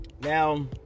Now